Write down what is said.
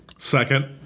Second